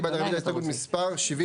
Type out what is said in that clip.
מי בעד רביזיה להסתייגות מספר 82?